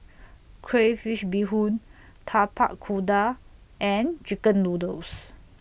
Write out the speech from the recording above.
Crayfish Beehoon Tapak Kuda and Chicken Noodles